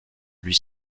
lui